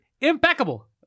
impeccable